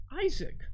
Isaac